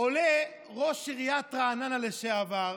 עולה ראש עיריית רעננה לשעבר,